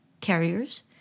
carriers